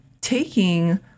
taking